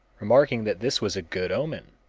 remarking that this was a good omen.